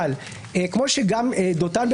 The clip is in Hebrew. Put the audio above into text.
כמו שגם דותן,